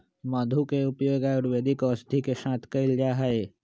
मधु के उपयोग आयुर्वेदिक औषधि के साथ कइल जाहई